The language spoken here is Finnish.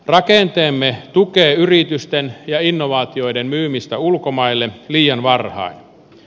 rakenteemme tukee yritysten ja innovaatioiden myymistä ulkomaille liian varhain